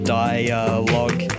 dialogue